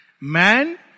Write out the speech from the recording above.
Man